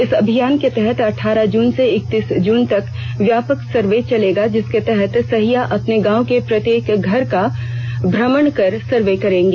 इस अभियान के तहत अठारह जून से इक्कीस जून तक व्यापक सर्वे चलेगा जिसके तहत सहिया अपने गांव के प्रत्येक घर का भ्रमण कर सर्वे करेंगी